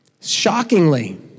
shockingly